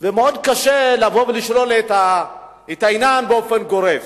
מאוד קשה לשלול את העניין באופן גורף,